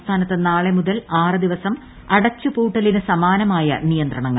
സംസ്ഥാനത്ത് നാളെ മുത്രിൽ ആറ് ദിവസം അടച്ചുപൂട്ടലിന് സമാർമാർ നിയന്ത്രണങ്ങൾ